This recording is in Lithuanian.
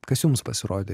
kas jums pasirodė